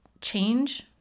change